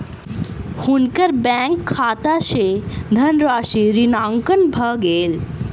हुनकर बैंक खाता सॅ धनराशि ऋणांकन भ गेल